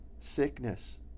Sickness